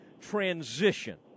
transition